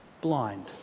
blind